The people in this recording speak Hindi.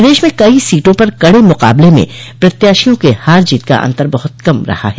प्रदेश में कई सीटों पर कड़े मुकाबले में प्रत्याशियों के हार जीत का अंतर बहुत कम रहा है